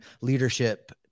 leadership